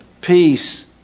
Peace